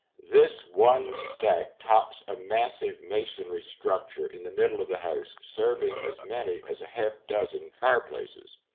this one stack tops a massive masonry structure in the middle of the house, serving as many as a half-dozen fireplaces.